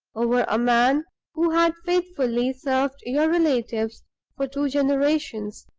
over a man who had faithfully served your relatives for two generations,